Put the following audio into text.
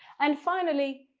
and finally,